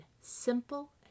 simple